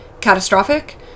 catastrophic